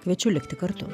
kviečiu likti kartu